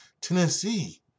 Tennessee